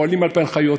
פועלים על-פי הנחיות,